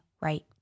right